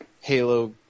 Halo